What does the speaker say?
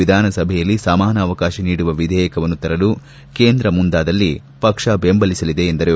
ವಿಧಾನಸಭೆಯಲ್ಲಿ ಸಮಾನ ಅವಕಾಶ ನೀಡುವ ವಿಧೇಯಕವನ್ನು ತರಲು ಕೇಂದ್ರ ಮುಂದಾದಲ್ಲಿ ಪಕ್ಷ ಬೆಂಬಲಿಸಲಿದೆ ಎಂದರು